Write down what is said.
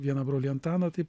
vieną brolį antaną taip